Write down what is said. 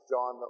John